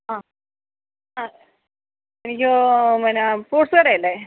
ആ ആ പിന്നെ ഫ്രൂട്ട്സ് കടയല്ലേ